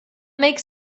makes